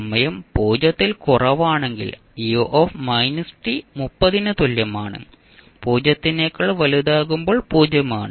സമയം 0 ൽ കുറവാണെങ്കിൽ u 30 ന് തുല്യമാണ് 0 നേക്കാൾ വലുതാകുമ്പോൾ 0 ആണ്